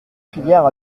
filière